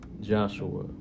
Joshua